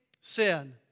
sin